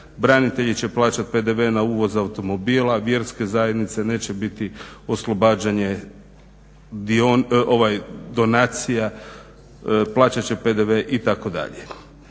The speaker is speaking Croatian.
Branitelji će plaćati PDV na uvoz automobila, vjerske zajednice neće biti oslobođene donacija, plaćat će PDV itd.